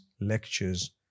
lectures